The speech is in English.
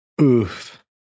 Oof